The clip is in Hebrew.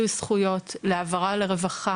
על איזו התקדמות יש עם איזה משרד או איזה עיכוב יש עם איזה